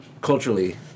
culturally